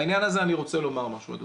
לעניין הזה אני רוצה לומר משהו אדוני,